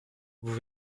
vous